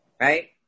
right